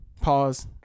Pause